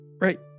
right